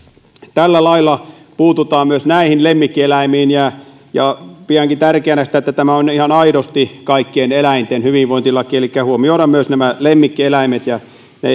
tällä lailla puututaan myös näihin lemmikkieläimiin ja ja pidänkin tärkeänä sitä että tämä on ihan aidosti kaikkien eläinten hyvinvointilaki elikkä huomioidaan myös nämä lemmikkieläimet ja